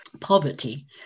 poverty